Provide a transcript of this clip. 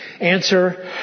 Answer